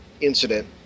incident